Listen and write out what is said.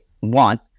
want